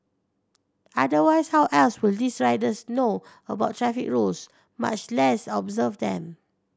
otherwise how else will these riders know about traffic rules much less observe them